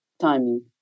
timing